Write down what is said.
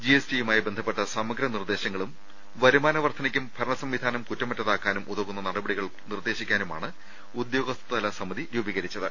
G S ടിയുമായി ബന്ധപ്പെട്ട സമഗ്ര നിർദ്ദേശങ്ങളും വരുമാന വർദ്ധനയ്ക്കും ഭരണ സംവിധാനം കുറ്റമറ്റതാക്കാനും ഉതകുന്ന നടപടികൾ നിർദ്ദേശിക്കാനുമാണ് ഉദ്യോഗസ്ഥതല സമിതി രൂപീകരിച്ചത്